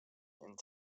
and